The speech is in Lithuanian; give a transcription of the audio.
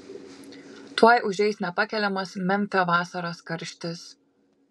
tuoj užeis nepakeliamas memfio vasaros karštis